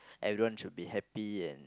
everyone should be happy and